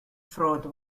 fraud